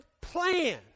plan